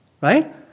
Right